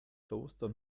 kloster